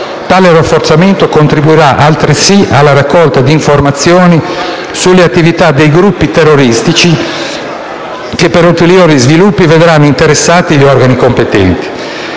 Tale rafforzamento contribuirà, altresì, alla raccolta di informazioni sulle attività dei gruppi terroristici che, per gli ulteriori sviluppi, vedranno interessati gli organi competenti.